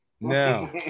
Now